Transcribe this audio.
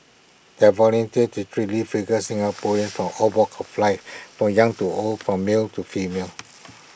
their volunteers literally figure Singaporeans for all walks of life for young to old for male to female